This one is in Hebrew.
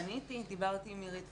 פניתי, דיברתי עם עירית פוגל.